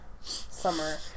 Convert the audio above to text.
summer